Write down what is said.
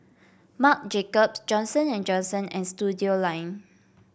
Marc Jacobs Johnson And Johnson and Studioline